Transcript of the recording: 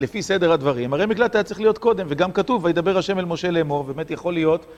לפי סדר הדברים. הרי מגלת היה צריך להיות קודם, וגם כתוב, וידבר השם אל משה לאמור, באמת יכול להיות.